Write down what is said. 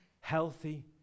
healthy